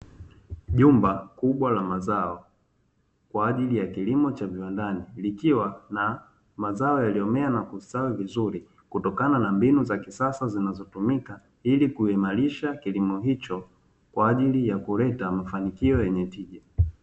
Jumba kubwa la mazao, kwa ajili ya kilimo cha viwandani. Likiwa na mazao yaliomea na kustawi vizuri, kutokana na mbinu za kisasa zinazotumika. Ili kuimarisha kilimo icho kwa ajili ya kuleta mafanikio yenye tija.